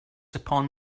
upon